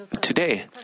today